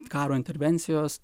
karo intervencijos